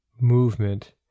movement